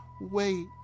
wait